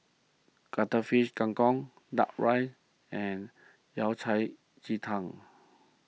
Cuttlefish Kang Kong Duck Rice and Yao Cai Ji Tang